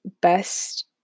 best